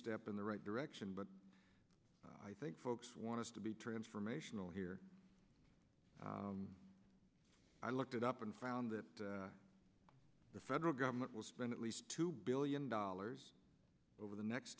step in the right direction but i think folks want to be transformational here i looked it up and found that the federal government will spend at least two billion dollars over the next